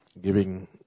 giving